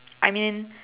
I mean